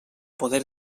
poder